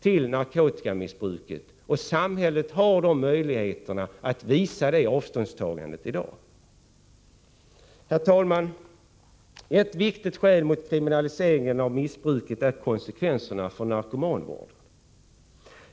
från narkotikamissbruket. Samhället har också möjligheter att visa detta avståndstagande i dag. Herr talman! Ett viktigt skäl mot kriminalisering av missbruket är konsekvenserna för narkomanvården.